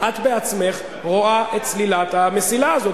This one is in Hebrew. את בעצמך רואה את סלילת המסילה הזאת,